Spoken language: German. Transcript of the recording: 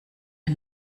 ihr